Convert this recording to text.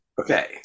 Okay